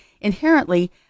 inherently